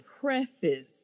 preface